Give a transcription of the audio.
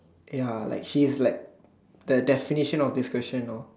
ya like she's like the definition of this question you know